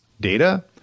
data